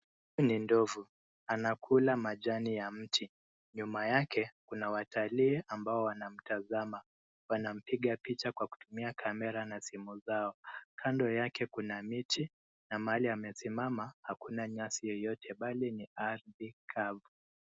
Hii ni ndovu. Anakula majani ya mti. Nyuma yake kuna watalii ambao wanamtazama. Wanampiga picha kwa kutumia kamera na simu zao. Kando yake kuna miti na mahali amesimama hakuna nyasi yoyote bali ni ardhi kavu.